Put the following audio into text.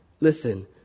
Listen